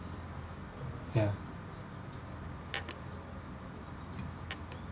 ya